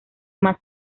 más